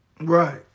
Right